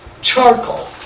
charcoal